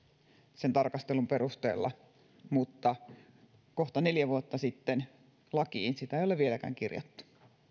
sen tarkastelun perusteella mutta kohta neljä vuotta myöhemmin lakiin sitä ei ole vieläkään kirjattu